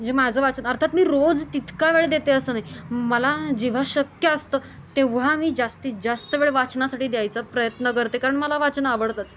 म्हणजे माझं वाचन अर्थात मी रोज तितका वेळ देते असं नाही मला जेव्हा शक्य असतं तेव्हा मी जास्तीत जास्त वेळ वाचनासाठी द्यायचा प्रयत्न करते कारण मला वाचन आवडतंच